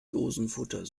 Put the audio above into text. dosenfutter